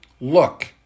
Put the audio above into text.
Look